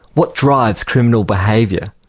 what drives criminal behaviour.